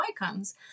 icons